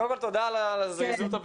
תודה על זריזות הבדיקה.